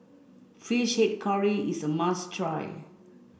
fish head curry is a must try